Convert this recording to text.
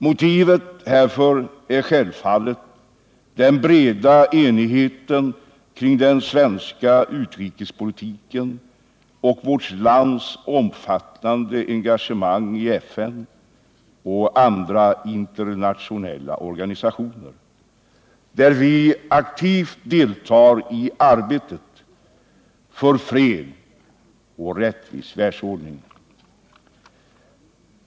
Motivet härför är självfallet den breda enigheten kring den svenska utrikespolitiken och vårt lands omfattande engagemang i FN och andra internationella organisationer, där vi aktivt deltar i arbetet för fred och en rättvis världsordning.